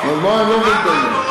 אמרנו,